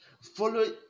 Follow